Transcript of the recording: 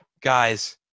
guys